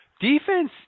defense